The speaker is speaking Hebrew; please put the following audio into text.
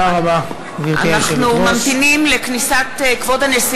הצעת חוק למניעת אלימות במוסדות למתן טיפול (תיקון מס' 2),